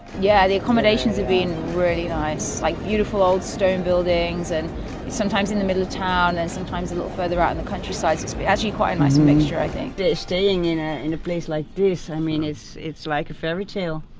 yeah, the accommodations have been really nice like beautiful old stone buildings and sometimes in the middle of town and sometimes a little further out in the countryside, it's it's but actually quite nice a manger. i think they're staying in a in a place like this i mean, it's it's like a fairy tale